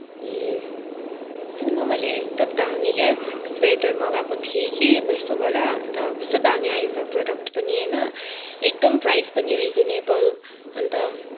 ए सुन् न मैले यस्तो दामी क्या स्वेटर मगाएको थिएँ कि मिसोबाट अन्त कस्तो दामी आएछ प्रडक्ट पनि होइन एकदम प्राइज पनि रिजनेबल अन्त